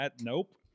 Nope